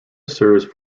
serves